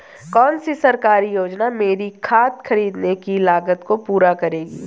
कौन सी सरकारी योजना मेरी खाद खरीदने की लागत को पूरा करेगी?